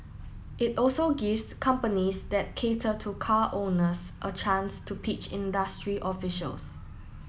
it also gives companies that cater to car owners a chance to pitch industry officials